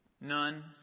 None